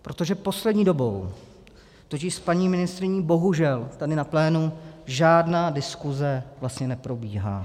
Protože poslední dobou totiž s paní ministryní bohužel tady na plénu žádná diskuse vlastně neprobíhá.